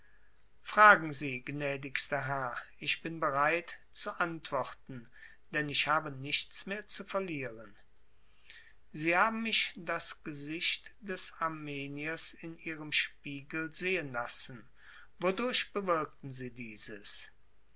fragen sie gnädigster herr ich bin bereit zu antworten denn ich habe nichts mehr zu verlieren sie haben mich das gesicht des armeniers in ihrem spiegel sehen lassen wodurch bewirkten sie dieses